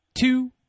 two